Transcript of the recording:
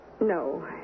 No